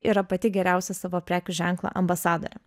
yra pati geriausia savo prekių ženklo ambasadorė